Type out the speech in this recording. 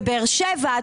בבאר שבע,